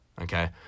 Okay